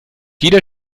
jeder